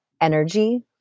energy